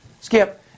Skip